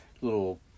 little